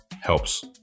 Helps